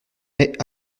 est